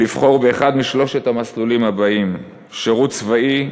לבחור באחד משלושת המסלולים האלה: שירות צבאי,